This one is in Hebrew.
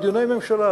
לדיוני ממשלה,